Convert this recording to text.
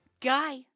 Guy